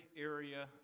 area